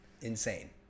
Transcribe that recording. Insane